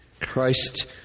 Christ